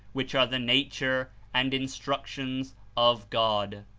which are the nature and instructions of god.